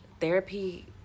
therapy